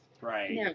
Right